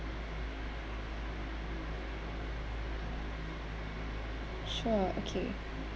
sure okay